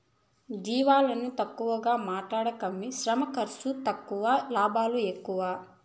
జీవాలని తక్కువగా మాట్లాడకమ్మీ శ్రమ ఖర్సు తక్కువ లాభాలు ఎక్కువ